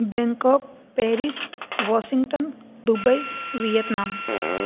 Bangkok Paris Washington Dubai Vietnam